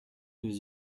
nous